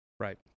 right